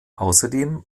außerdem